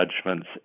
judgments